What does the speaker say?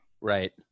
Right